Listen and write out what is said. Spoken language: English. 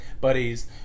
buddies